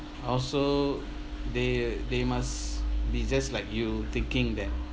also they they must be just like you thinking that